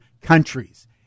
countries